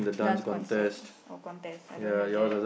dance concert or contest I don't have that